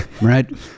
right